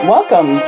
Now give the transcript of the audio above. Welcome